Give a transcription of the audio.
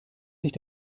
sich